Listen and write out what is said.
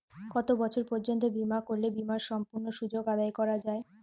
কত বছর পর্যন্ত বিমা করলে বিমার সম্পূর্ণ সুযোগ আদায় করা য়ায়?